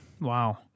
Wow